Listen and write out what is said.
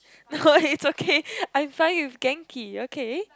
no it's okay I'm fine with Genki okay